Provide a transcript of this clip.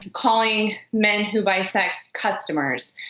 calling men who bisects customers.